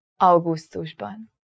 augusztusban